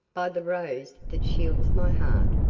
by the rose that shields my heart,